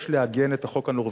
יש לעגן את החוק הנורבגי,